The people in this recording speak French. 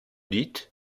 dites